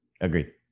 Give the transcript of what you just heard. Agreed